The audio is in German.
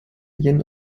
jin